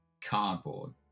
cardboard